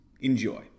Enjoy